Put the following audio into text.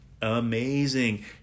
amazing